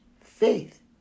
faith